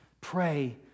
Pray